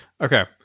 Okay